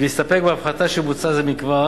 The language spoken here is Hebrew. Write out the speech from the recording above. ולהסתפק בהפחתה שבוצעה זה מכבר.